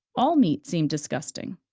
all meat seemed disgusting.